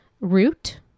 root